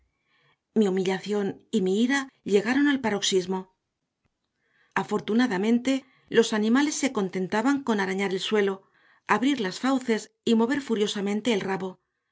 mi humillación y mi ira llegaron al paroxismo afortunadamente los animales se contentaban con arañar el suelo abrir las fauces y mover furiosamente el rabo